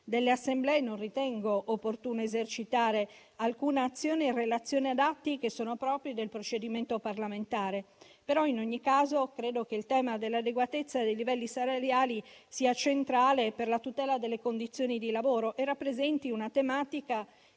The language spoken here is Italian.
delle Assemblee, non ritengo opportuno esercitare alcuna azione in relazione ad atti che sono propri del procedimento parlamentare. In ogni caso, credo che il tema dell'adeguatezza dei livelli salariali sia centrale per la tutela delle condizioni di lavoro e rappresenti una tematica di